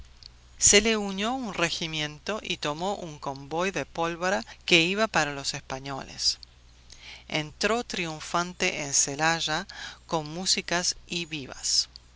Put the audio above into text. se le unió un regimiento y tomó un convoy de pólvora que iba para los españoles entró triunfante en celaya con músicas y vivas